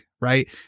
right